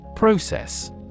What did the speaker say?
Process